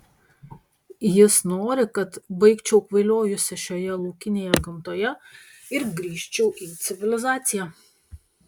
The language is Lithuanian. jis nori kad baigčiau kvailiojusi šioje laukinėje gamtoje ir grįžčiau į civilizaciją